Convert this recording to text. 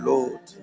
Lord